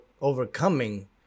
overcoming